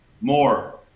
More